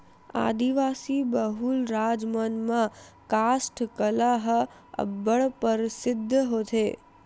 आदिवासी बहुल राज मन म कास्ठ कला ह अब्बड़ परसिद्ध होथे